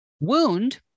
wound